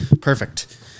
perfect